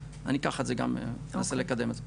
אני אקח את זה גם אנסה לקדם את זה.